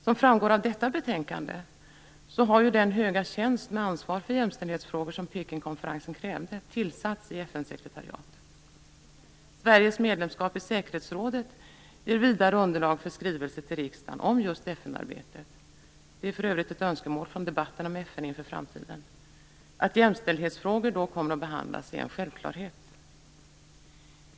Som framgår av detta betänkande har den höga tjänst med ansvar för jämställdhetsfrågor som Pekingkonferensen krävde tillsatts i FN-sekretariatet. Sveriges medlemskap i säkerhetsrådet är vidare underlag för skrivelse till riksdagen om just FN-arbetet, vilken för övrigt är ett önskemål från debatten om FN inför framtiden. Att jämställdhetsfrågor då kommer att behandlas är en självklarhet.